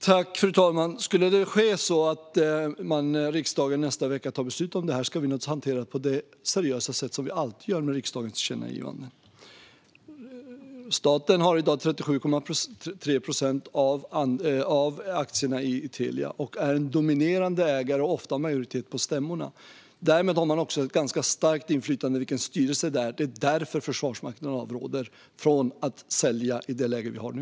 Fru talman! Om det skulle bli så att riksdagen nästa vecka tar beslut om detta ska vi naturligtvis hantera det på det seriösa sätt som vi alltid gör med riksdagens tillkännagivanden. Staten har i dag 37,3 procent av aktierna i Telia. Staten är en dominerande ägare och har ofta majoritet på stämmorna. Därmed har man också ett ganska starkt inflytande över hur styrelsen ser ut, och det är därför Försvarsmakten avråder från att sälja i det läge vi har nu.